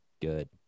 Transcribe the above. good